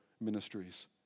ministries